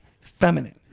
feminine